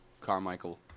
Carmichael